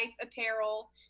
apparel